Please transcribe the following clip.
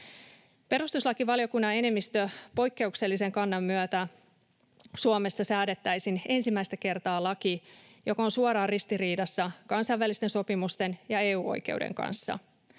Perustuslakivaliokunnan enemmistön poikkeuksellisen kannan myötä Suomessa säädettäisiin ensimmäistä kertaa laki, joka on suoraan ristiriidassa kansainvälisten sopimusten ja EU-oikeuden kanssa.